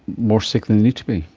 more sick than they need to be.